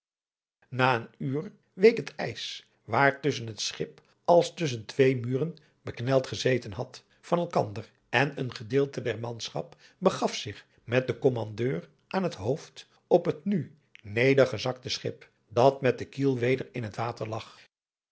na een uur week het ijs waar tusschen het schip als tusschen twee muren bekneld geadriaan loosjes pzn het leven van johannes wouter blommesteyn zeten had van elkander en een gedeelte der manschap begaf zich met den kommandeur aan het hoofd op het nu nedergezakte schip dat met de kiel weder in het water lag